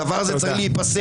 הדבר הזה צריך להיפסק.